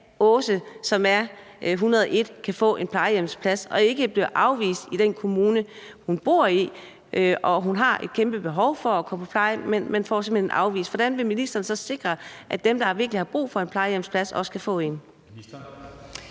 at Aase, som er 101 år, kan få en plejehjemsplads og ikke bliver afvist i den kommune, hun bor i? Hun har et kæmpe behov for at komme på plejehjem, men bliver simpelt hen afvist. Hvordan vil ministeren så sikre, at dem, der virkelig har brug for en plejehjemsplads, også kan få en?